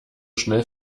schnell